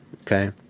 okay